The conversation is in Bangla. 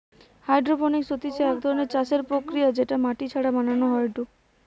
হাইড্রোপনিক্স হতিছে এক ধরণের চাষের প্রক্রিয়া যেটা মাটি ছাড়া বানানো হয়ঢু